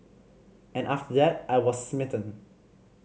and after that I was smitten